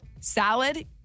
salad